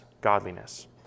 godliness